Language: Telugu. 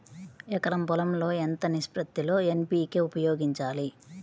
ఎకరం పొలం లో ఎంత నిష్పత్తి లో ఎన్.పీ.కే ఉపయోగించాలి?